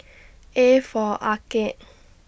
A For Arcade